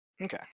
okay